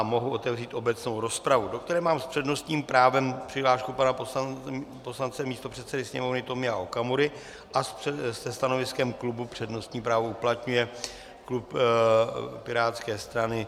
Mohu otevřít obecnou rozpravu, do které mám s přednostním právem přihlášku pana poslance místopředsedy Sněmovny Tomia Okamury a se stanoviskem klubu přednostní právo uplatňuje klub pirátské strany.